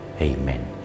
Amen